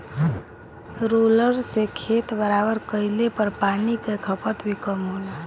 roller से खेत बराबर कइले पर पानी कअ खपत भी कम होला